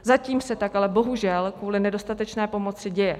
Zatím se tak ale bohužel kvůli nedostatečné pomoci děje.